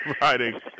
Riding